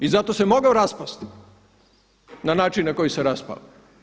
I zato se mogao raspasti na način na koji se raspao.